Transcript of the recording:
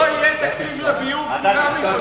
אם לא יהיה תקציב לביוב, כולם ישלמו.